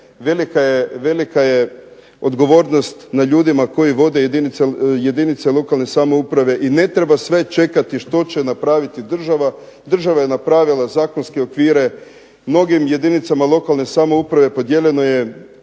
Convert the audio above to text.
velika je odgovornost na ljudima koji vode jedinice lokalne samouprave i ne treba sve čekati što će napraviti država, država je napravila zakonske okvire mnogim jedinicama lokalne samouprave, podijeljeno je